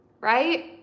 right